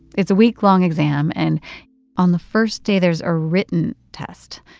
it's a week-long exam. and on the first day, there's a written test.